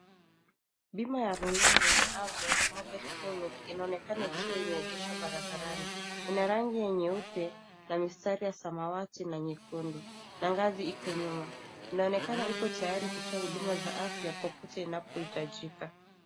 Bima ya rununu ya Amref Mobile Clinic inaonekana ikiwa imeegeshwa barabarani . Ina rangi nyeupe na mistari ya samawati na nyekundu, na ngazi iko nyuma. Inaonekana iko tayari kutoa huduma za afya popote inapohitajika.